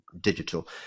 digital